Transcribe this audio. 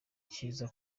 cyiza